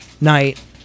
night